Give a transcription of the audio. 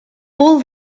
all